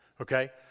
okay